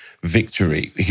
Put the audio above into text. victory